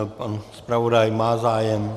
Pan zpravodaj má zájem?